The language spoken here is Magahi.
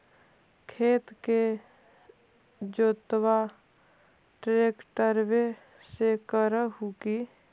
खेत के जोतबा ट्रकटर्बे से कर हू की?